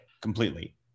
completely